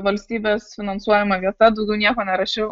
valstybės finansuojama vieta daugiau nieko nerašiau